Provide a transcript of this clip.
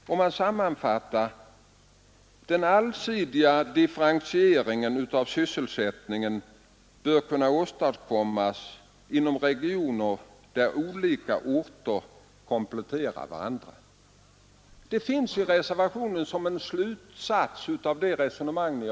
Reservanterna sammanfattar på s. 64 och säger: ”Den allsidiga differentieringen av sysselsättningen bör kunna åstadkommas inom regioner där olika orter kompletterar varandra.” Det är reservanternas slutsats av det förda resonemanget.